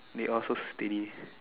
they all so steady